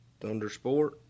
Thundersport